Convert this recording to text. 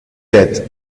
debt